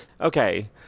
Okay